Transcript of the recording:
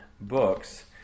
books